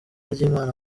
ry’imana